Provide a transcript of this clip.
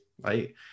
right